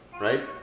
right